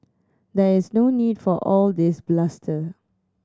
there is no need for all this bluster